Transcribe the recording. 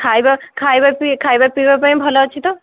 ଖାଇବା ଖାଇବା ପି ଖାଇବା ପିଇବା ପାଇଁ ଭଲ ଅଛି ତ